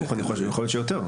יכול להיות שיותר.